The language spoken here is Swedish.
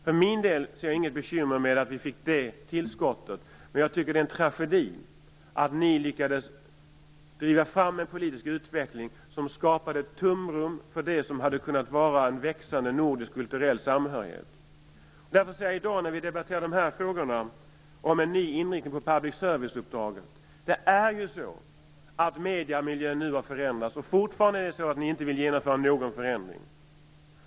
Jag ser för min del inget bekymmer med att vi fick det tillskottet, men jag tycker att det är en tragedi att ni lyckades driva fram en politisk utveckling som skapade ett tomrum för det som hade kunnat vara en växande nordisk kulturell samhörighet. Därför säger jag i dag, när vi debatterar frågorna om en ny inriktning på public service-uppdraget: Mediemiljön har ju nu förändrats men ni vill fortfarande inte genomföra några förändringar.